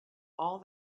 all